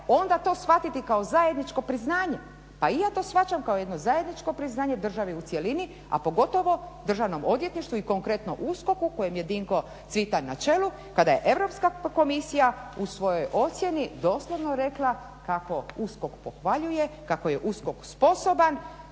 onda to shvatiti kao zajedničko priznanje pa i ja to shvaćam kao jedno zajedničko priznanje države u cjelini, a pogotovo Državnom odvjetništvu i konkretno USKOK-u kojem je Dinko Cvitan na čelu, kada je Europska komisija u svojoj ocjeni doslovno rekla kako USKOK pohvaljuje, kako je USKOK sposoban